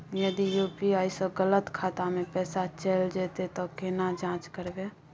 यदि यु.पी.आई स गलत खाता मे पैसा चैल जेतै त केना जाँच करबे?